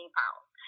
pounds